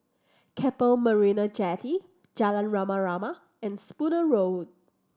Keppel Marina Jetty Jalan Rama Rama and Spooner Road